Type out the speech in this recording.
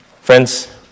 Friends